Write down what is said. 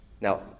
Now